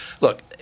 Look